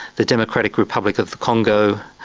the democratic republic of congo,